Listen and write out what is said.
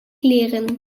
kleren